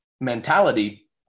mentality